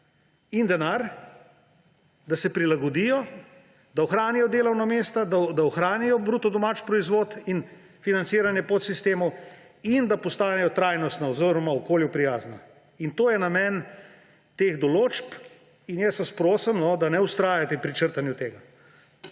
in denar, da se prilagodijo, da ohranijo delovna mesta, da ohranijo bruto domač proizvod in financiranje podsistemov in da postanejo trajnostna oziroma okolju prijazna. To je namen teh določb. Jaz vas prosim, da ne vztrajate pri črtanju tega.